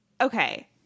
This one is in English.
okay